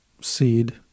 seed